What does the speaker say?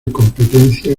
competencia